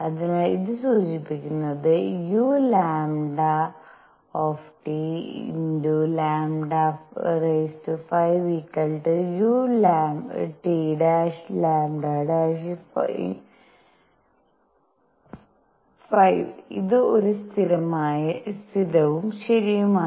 അതിനാൽ ഇത് സൂചിപ്പിക്കുന്നത് uλλ5u T'λ 5 ഇത് ഒരു സ്ഥിരവും ശരിയുമാണ്